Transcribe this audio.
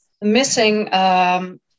missing